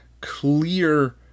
clear